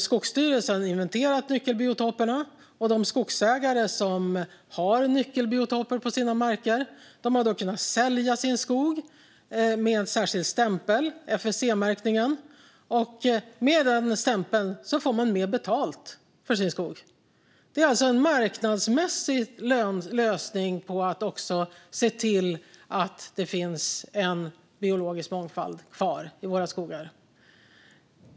Skogsstyrelsen har inventerat nyckelbiotoperna, och de skogsägare som har nyckelbiotoper på sina marker har kunnat sälja sin skog med en särskild stämpel - FSC-märkningen. Med den stämpeln får man mer betalt för sin skog. Det är alltså en marknadsmässig lösning för att se till att det finns en biologisk mångfald kvar i våra skogar.